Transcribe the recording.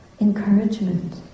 encouragement